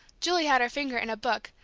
julie had her finger in a book,